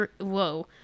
whoa